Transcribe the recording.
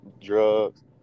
drugs